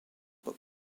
pop